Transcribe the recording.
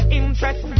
interest